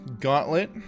Gauntlet